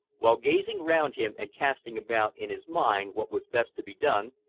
while gazing round him, and casting about in his mind what was best to be done,